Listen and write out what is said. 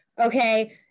Okay